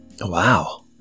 Wow